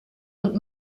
und